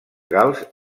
gals